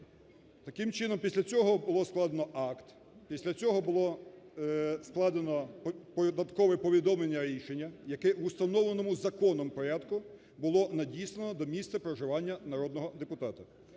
Таким чином після цього було складено акт, після цього було складено податкове повідомлення-рішення, яке, в установленому законом порядку, було надіслано до місця проживання народного депутата.